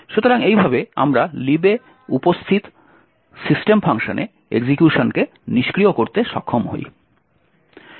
সুতরাং এইভাবে আমরা Lib এ উপস্থিত সিস্টেম ফাংশনে এক্সিকিউশনকে নিষ্ক্রিয় করতে সক্ষম হই